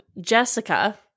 Jessica